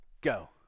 go